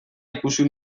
ikusi